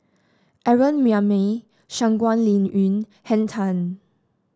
Aaron Maniam Shangguan Liuyun Henn Tan